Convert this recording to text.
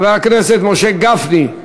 חבר הכנסת משה גפני.